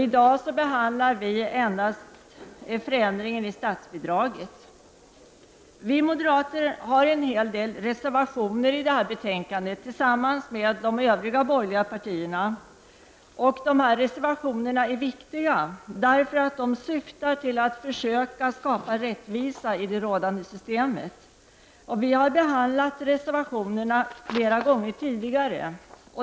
I dag behandlar vi endast förändringen i statsbidraget. Vi moderater har en hel del reservationer i detta betänkande tillsammans med de övriga borgerliga partierna. Dessa reservationer är viktiga därför att de syftar till att försöka skapa rättvisa i det rådande systemet. Vi har behandlat reservationerna flera gånger tidigare.